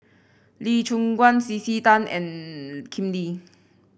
Lee Choon Guan C C Tan and Lim Lee